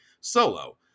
solo